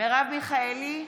מרב מיכאלי,